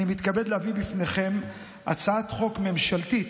אני מתכבד להביא בפניכם הצעת חוק ממשלתית,